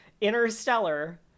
Interstellar